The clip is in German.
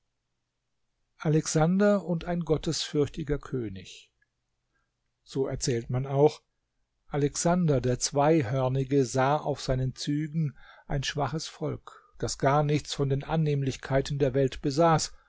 alexander und ein gottesfürchtiger könig so erzählt man auch alexander der zweihörnige sah auf seinen zügen ein schwaches volk das gar nichts von den annehmlichkeiten der welt besaß